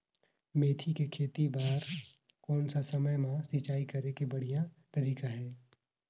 मेथी के खेती बार कोन सा समय मां सिंचाई करे के बढ़िया तारीक हे?